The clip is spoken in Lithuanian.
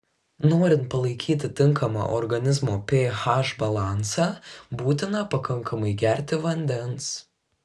norint palaikyti tinkamą organizmo ph balansą būtina pakankamai gerti vandens